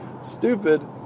stupid